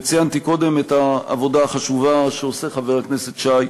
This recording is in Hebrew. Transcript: וציינתי קודם את העבודה החשובה שעושה חבר הכנסת שי,